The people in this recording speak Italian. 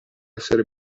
essere